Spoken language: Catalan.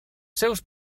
seus